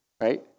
right